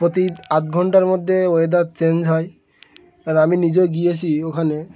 প্রতি আধ ঘন্টার মধ্যে ওয়েদার চেঞ্জ হয় আমি নিজে গিয়েছি ওখানে